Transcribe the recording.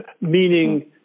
meaning